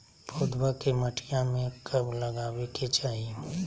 पौधवा के मटिया में कब लगाबे के चाही?